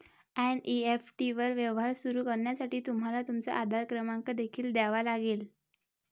NEFT वर व्यवहार सुरू करण्यासाठी तुम्हाला तुमचा आधार क्रमांक देखील द्यावा लागेल